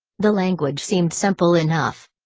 the language seemed simple enough.